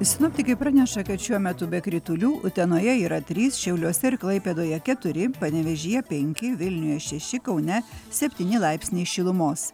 sinoptikai praneša kad šiuo metu be kritulių utenoje yra trys šiauliuose ir klaipėdoje keturi panevėžyje penki vilniuje šeši kaune septyni laipsniai šilumos